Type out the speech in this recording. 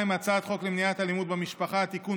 הצעת חוק למניעת אלימות במשפחה (תיקון,